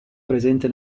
presente